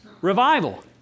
revival